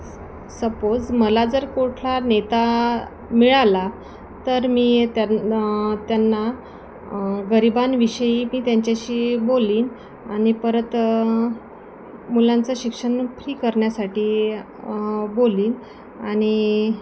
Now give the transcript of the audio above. स् सपोज मला जर कुठला नेता मिळाला तर मी त्यान् त्यांना गरिबांविषयी मी त्यांच्याशी बोलेन आणि परत मुलांचं शिक्षण फ्री करण्यासाठी बोलेन आणि